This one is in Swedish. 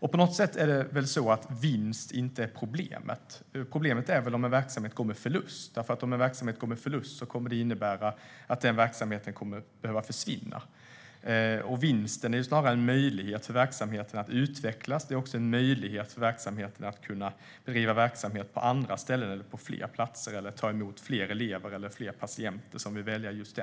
På något sätt är det inte vinst som är problemet. Problemet är väl om en verksamhet går med förlust, därför att om en verksamhet går med förlust kommer det att innebära att verksamheten kommer att behöva försvinna. Vinsten innebär ju snarare en möjlighet för verksamheten att utvecklas. Den innebär också en möjlighet att bedriva verksamhet på andra och fler platser och att ta emot fler elever eller fler patienter som vill välja just